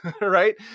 right